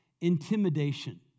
intimidation